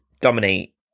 dominate